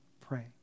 pray